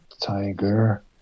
Tiger